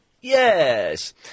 Yes